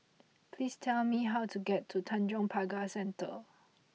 please tell me how to get to Tanjong Pagar Centre